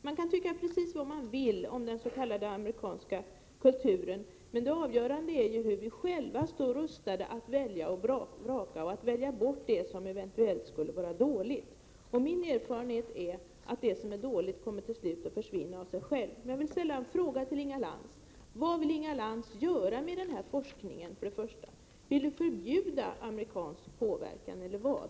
Man kan tycka precis vad man vill om den s.k. amerikanska kulturen, men det avgörande är ju hur vi själva står rustade att välja och vraka och att välja bort det som eventuellt skulle vara dåligt. Min erfarenhet är att det som är dåligt till slut kommer att försvinna av sig självt.